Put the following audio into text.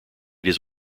his